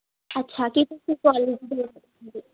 ਅੱਛਾ ਕੀ ਤੁਸੀਂ ਕੋਲਜ ਦੇ